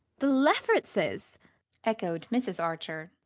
the leffertses echoed mrs. archer.